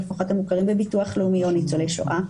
לפחות לא כאלו המוכרים בביטוח הלאומי או ניצולי שואה.